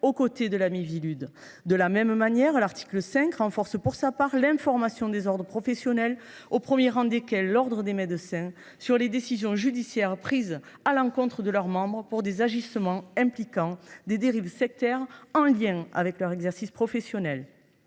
côtés de la Miviludes. De la même manière, l’article 5 renforce l’information des ordres professionnels, au premier rang desquels l’ordre des médecins, sur les décisions judiciaires prises à l’encontre de leurs membres pour des agissements impliquant des dérives sectaires en lien avec leur exercice professionnel.